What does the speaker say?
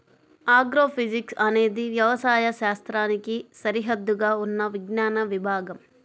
agrophysics అనేది వ్యవసాయ శాస్త్రానికి సరిహద్దుగా ఉన్న విజ్ఞాన విభాగం